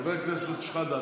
חבר הכנסת שחאדה,